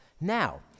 now